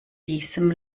diesem